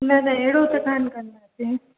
न न अहिड़ो त कान कंदासीं